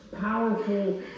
powerful